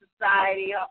society